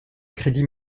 crédit